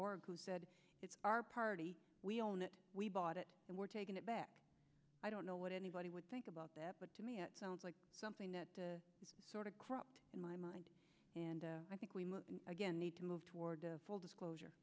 org who said it's our party we own it we bought it and we're taking it back i don't know what anybody would think about that but to me it sounds like something that sort of corrupt in my mind and i think we again need to move toward full disclosure